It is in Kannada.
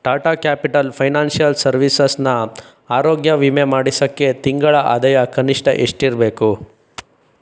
ಟಾಟಾ ಕ್ಯಾಪಿಟಲ್ ಫೈನಾನ್ಷಿಯಲ್ ಸರ್ವೀಸಸ್ನ ಆರೋಗ್ಯ ವಿಮೆ ಮಾಡಿಸೋಕ್ಕೆ ತಿಂಗಳ ಆದಾಯ ಕನಿಷ್ಠ ಎಷ್ಟಿರಬೇಕು